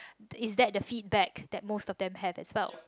is that the feedback that most of them have as well